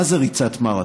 מה זה ריצת מרתון?